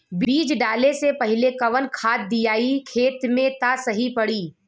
बीज डाले से पहिले कवन खाद्य दियायी खेत में त सही पड़ी?